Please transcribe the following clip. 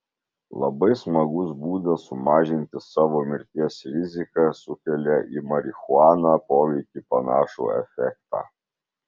labai smagus būdas sumažinti savo mirties riziką sukelia į marihuaną poveikį panašų efektą